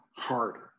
Harder